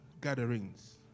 gatherings